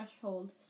threshold